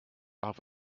off